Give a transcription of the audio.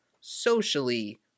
socially